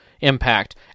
impact